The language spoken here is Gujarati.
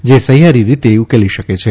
જે સહિયારી રીતે ઉકેલી શકે છે